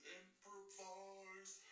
improvise